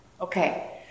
Okay